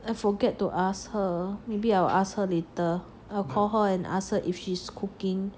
I forget to ask her maybe I'll ask her later I'll call her and ask her if she's cooking